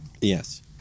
Yes